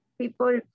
people